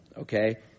Okay